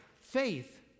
Faith